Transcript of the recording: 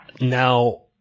Now